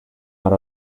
out